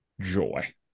joy